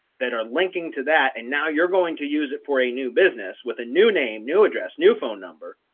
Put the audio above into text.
that are linking to that, and now you're going to use it for a new business with a new name, new address, new phone number,